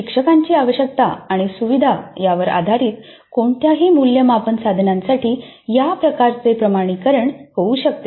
शिक्षकांची आवश्यकता आणि सुविधा यावर आधारित कोणत्याही मूल्यमापन साधनासाठी या प्रकारचे प्रमाणीकरण होऊ शकते